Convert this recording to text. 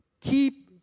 keep